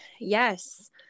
Yes